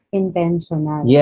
intentional